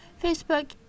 Facebook